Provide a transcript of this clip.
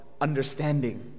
understanding